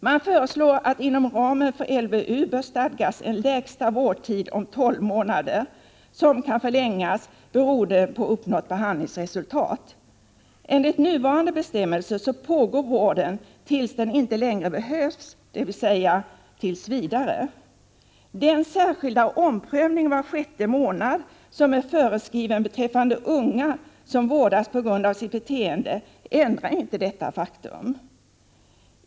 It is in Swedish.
Man föreslår att det inom ramen för LVU bör stadgas en lägsta vårdtid om tolv månader som kan förlängas beroende på uppnått behandlingsresultat. Enligt nuvarande bestämmelser pågår vården tills den inte längre behövs, dvs. tills vidare. Den särskilda omprövning var sjätte månad som är föreskriven beträffande unga som vårdas på grund av sitt beteende ändrar inte detta faktum.